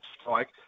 strike